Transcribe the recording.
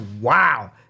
wow